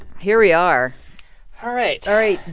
here we are all right all right,